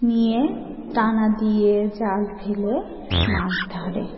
নিয়ে টানা দিয়ে জাল ফেলে মাছ ধরে